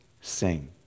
Sing